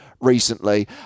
recently